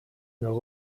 noch